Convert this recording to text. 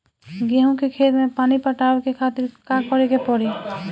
गेहूँ के खेत मे पानी पटावे के खातीर का करे के परी?